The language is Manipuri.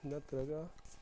ꯅꯠꯇ꯭ꯔꯒ